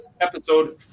Episode